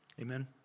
Amen